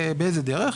באיזו דרך?